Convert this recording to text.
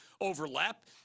overlap